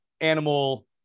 animal